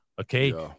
Okay